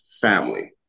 family